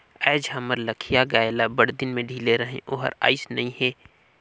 आयज हमर लखिया गाय ल बड़दिन में ढिले रहें ओहर आइस नई हे